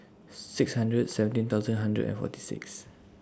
six hundred and seventeen thousand hundred and forty six